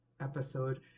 episode